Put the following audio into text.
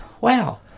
Wow